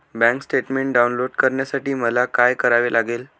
Bank statement download करण्यासाठी मला काय करावे लागेल?